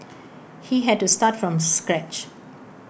he had to start from scratch